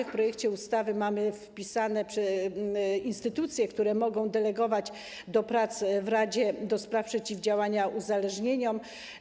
W projekcie ustawy mamy wpisane instytucje, które mogą delegować do prac w Radzie do spraw Przeciwdziałania Uzależnieniom.